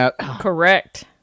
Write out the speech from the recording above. Correct